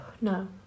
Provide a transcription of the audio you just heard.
no